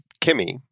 Kimmy